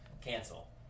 cancel